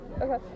Okay